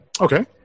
okay